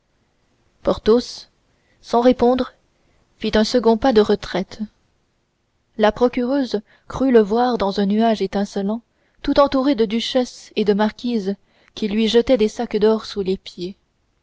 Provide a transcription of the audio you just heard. vous porthos sans répondre fit un second pas de retraite la procureuse crut le voir dans un nuage étincelant tout entouré de duchesses et de marquises qui lui jetaient des sacs d'or sous les pieds